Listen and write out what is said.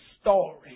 story